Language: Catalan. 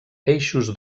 eixos